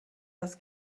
das